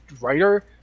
writer